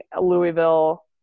Louisville